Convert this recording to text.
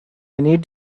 need